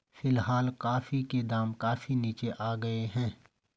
फिलहाल कॉफी के दाम काफी नीचे आ गए हैं